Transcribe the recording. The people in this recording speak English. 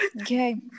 Okay